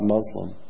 Muslim